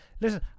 listen